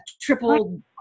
triple